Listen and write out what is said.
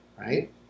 right